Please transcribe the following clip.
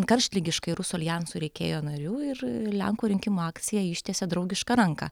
karštligiškai rusų aljansui reikėjo narių ir lenkų rinkimų akcija ištiesė draugišką ranką